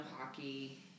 hockey